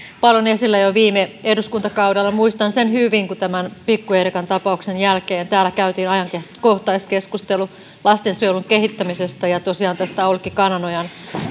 paljon esillä jo viime eduskuntakaudella muistan sen hyvin kun tämän pikku eerikan tapauksen jälkeen täällä käytiin ajankohtaiskeskustelu lastensuojelun kehittämisestä ja aulikki kananojan